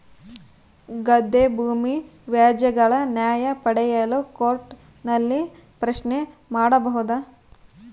ಗದ್ದೆ ಭೂಮಿ ವ್ಯಾಜ್ಯಗಳ ನ್ಯಾಯ ಪಡೆಯಲು ಕೋರ್ಟ್ ನಲ್ಲಿ ಪ್ರಶ್ನೆ ಮಾಡಬಹುದಾ?